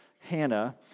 Hannah